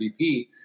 MVP